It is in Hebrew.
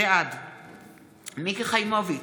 בעד מיקי חיימוביץ'